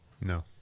No